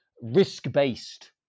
risk-based